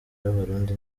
b’abarundi